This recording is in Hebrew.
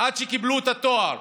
עד שקיבלו את התואר,